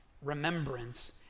remembrance